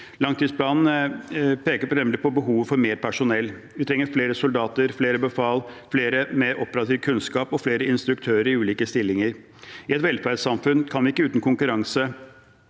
Langtidsplanen peker nemlig på behovet for mer personell. Vi trenger flere soldater, flere befal, flere med operativ kunnskap og flere instruktører i ulike stillinger. I et velferdssamfunn kan vi ikke uten konkurranse